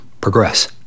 progress